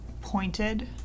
pointed